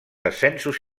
ascensos